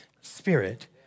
spirit